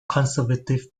conservative